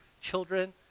children